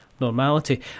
normality